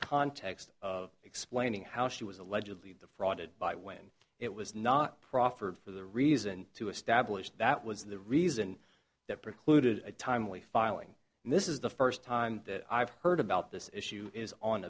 context of explaining how she was allegedly prodded by when it was not proffered for the reason to establish that was the reason that precluded a timely filing and this is the first time that i've heard about this issue is on